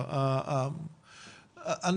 בואו נממש אותו,